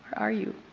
are you?